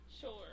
Sure